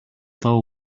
low